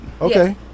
Okay